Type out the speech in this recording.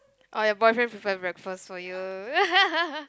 or your boyfriend prepare breakfast for you